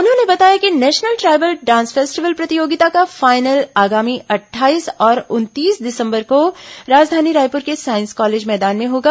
उन्होंने बताया कि नेशनल ट्राइबल डांस फेस्टिवल प्रतियोगिता का फाइनल आगामी अट्ठाईस और उनतीस दिसंबर को राजधानी रायपुर के साईस कॉलेज मैदान में होगा